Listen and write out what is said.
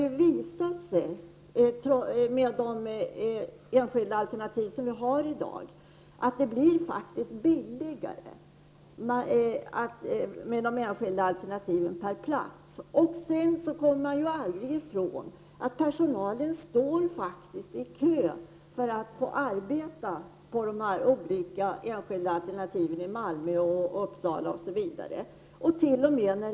Men när det gäller de enskilda alternativ som finns i dag har det visat sig att dessa faktiskt är billigare, per plats räknat. Vi kan aldrig komma ifrån det faktum att personalen står i kö för att få arbete inom de olika enskilda alternativ som finns i t.ex. Malmö och Uppsala.